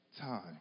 time